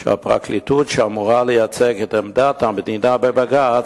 שהפרקליטות, שאמורה לייצג את עמדת המדינה בבג"ץ,